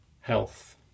health